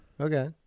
Okay